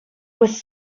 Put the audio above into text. was